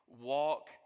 walk